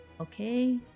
Okay